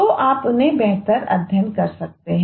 तो आप उन्हें बेहतर अध्ययन कर सकते हैं